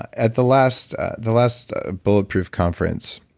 at the last the last bulletproof conference,